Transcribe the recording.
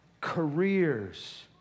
careers